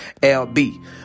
LB